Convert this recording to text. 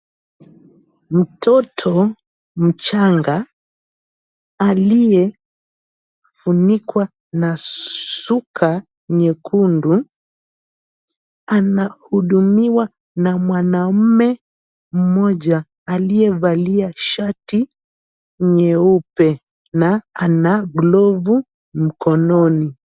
Mtoto mchanga aliyefunikwa na suka nyekundu anahudumiwa na mwanaume mmoja aliyevalia shati nyeupe na ana glovu mkononi.